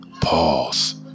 Pause